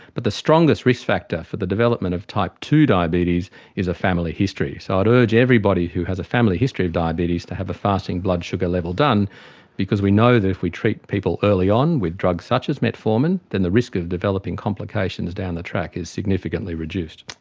but the strongest risk factor for the development of type ii diabetes is a family history. so i'd urge everybody who has a family history of diabetes to have a fasting blood sugar level done because we know that if we treat people early on with drugs such as metformin, then the risk of developing complications down the track is significantly reduced.